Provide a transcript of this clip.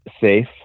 safe